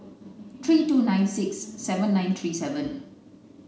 three two nine six seven nine three seven